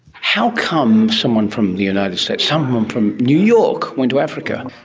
how come someone from the united states, someone from new york went to africa?